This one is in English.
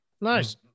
Nice